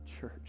church